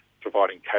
providing